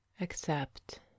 accept